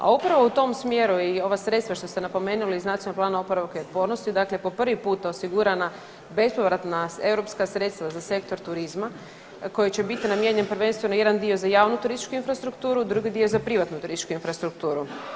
A upravo u tom smjeru i ova sredstva što ste napomenuli iz Nacionalnog plana oporavka i otpornosti dakle po prvi put osigurana bespovratna europska sredstava za sektor turizma koji će biti namijenjen prvenstveno jedan dio za javnu turističku infrastrukturu, drugi dio za privatnu turističku infrastrukturu.